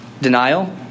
Denial